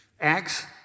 Acts